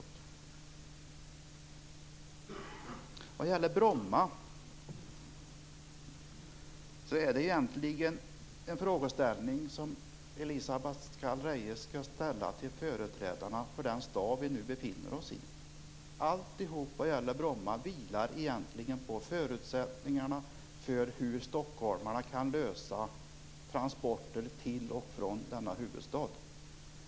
När det gäller Bromma är det egentligen en fråga som Elisa Abascal Reyes skall ställa till företrädarna för den stad som vi nu befinner oss i. Allt som gäller Bromma vilar egentligen på förutsättningarna för hur stockholmarna kan lösa transporter till och från denna huvudstad.